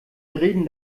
reden